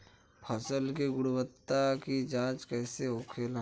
फसल की गुणवत्ता की जांच कैसे होखेला?